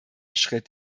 schritt